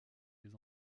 les